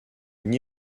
une